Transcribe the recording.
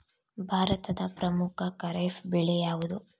ಭಾರತದ ಪ್ರಮುಖ ಖಾರೇಫ್ ಬೆಳೆ ಯಾವುದು?